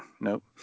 Nope